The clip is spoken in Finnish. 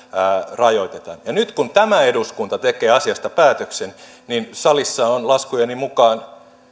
rajoitetaan niin nyt kun tämä eduskunta tekee asiasta päätöksen salissa on laskujeni mukaan